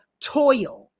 toil